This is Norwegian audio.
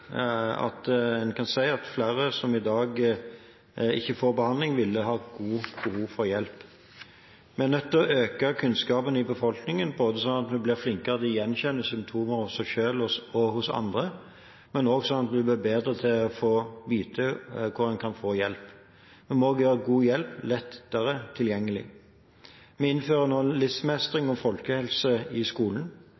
at en kan si at flere av dem som i dag ikke får behandling, ville hatt stort behov for hjelp. Vi må øke kunnskapen i befolkningen, både slik at vi blir flinkere til å gjenkjenne symptomer hos oss selv og andre, og slik at vi blir bedre til å vite hvor en kan få hjelp. Vi må også gjøre god hjelp lettere tilgjengelig. Vi innfører